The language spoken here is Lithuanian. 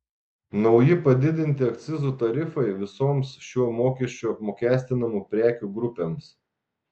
nauji padidinti akcizų tarifai visoms šiuo mokesčiu apmokestinamų prekių grupėms